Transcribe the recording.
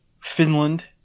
Finland